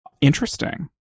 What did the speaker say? Interesting